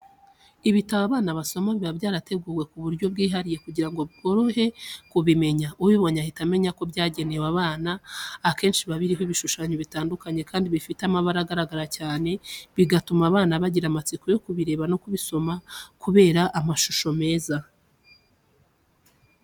Ibitabo abana basoma biba byarateguwe ku buryo bwihariye kugira ngo byorohe kubimenya, ubibonye ahita amenyako byagenewe abana. Akenshi biba biriho ibishushanyo bitandukanye kandi bifite amabara agaragara cyane, bigatuma abana bagira amatsiko yo kubireba no kubisomakubera amashusho meza.